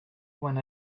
when